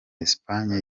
espanye